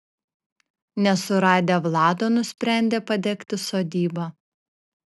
nesuradę vlado nusprendė padegti sodybą